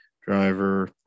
driver